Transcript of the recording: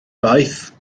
boeth